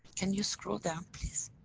can you scroll down please?